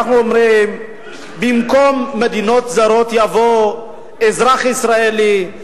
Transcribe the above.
במקום "מדינות זרות" יבוא "אזרח ישראלי",